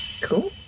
Cool